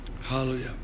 Hallelujah